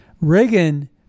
Reagan